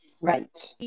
right